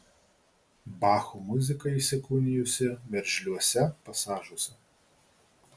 bacho muzika įsikūnijusi veržliuose pasažuose